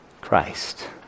Christ